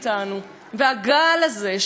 של החוקים המפלים,